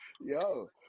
Yo